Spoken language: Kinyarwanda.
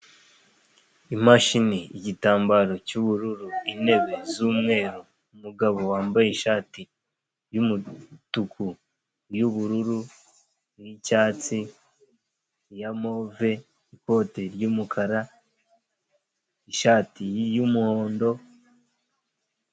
Imashini, igitambaro cy'ubururu, intebe z'umweru, umugabo wambaye ishati y'umutuku, iy'ubururu, iy'icyatsi, iya move, ikoti ry'umukara, ishati y'umuhondo.